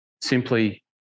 simply